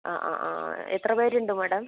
ആഹ് ആഹ് ആഹ് എത്രപേരുണ്ട് മാഡം